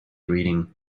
reading